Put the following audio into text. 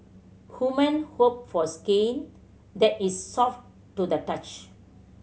women hope for skin that is soft to the touch